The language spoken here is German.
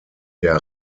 der